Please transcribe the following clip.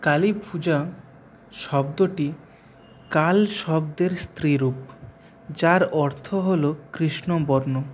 কালীপুজা শব্দটি কাল শব্দের স্ত্রী রূপ যার অর্থ হল কৃষ্ণ বর্ণ